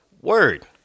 word